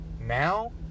Now